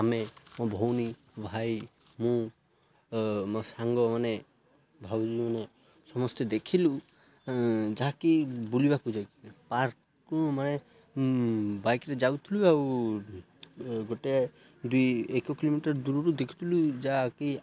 ଆମେ ମୋ ଭଉଣୀ ଭାଇ ମୁଁ ମୋ ସାଙ୍ଗମାନେେ ଭାବୁଛୁଁ ମାନେ ସମସ୍ତେ ଦେଖିଲୁ ଯାହାକି ବୁଲିବାକୁ ଯାଇ ପାର୍କକୁ ମାନେ ବାଇକ୍ରେେ ଯାଉଥିଲୁ ଆଉ ଗୋଟେ ଦୁଇ ଏକ କିଲୋମିଟର ଦୂରରୁ ଦେଖୁଥିଲୁ ଯାହାକି